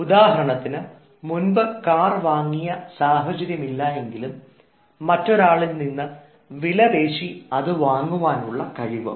ഉദാഹരണത്തിന് മുൻപ് കാർ വാങ്ങിയ സാഹചര്യമില്ലായെങ്കിലും മറ്റൊരാളിൽ നിന്ന് വിലപേശി അത് വാങ്ങുവാനുള്ള കഴിവ്